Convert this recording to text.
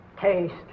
Taste